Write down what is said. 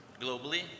globally